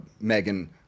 Megan